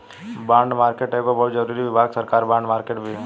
bond market के एगो बहुत जरूरी विभाग सरकार बॉन्ड मार्केट भी ह